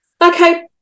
Okay